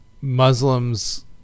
Muslims